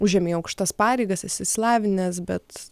užimi aukštas pareigas esi išsilavinęs bet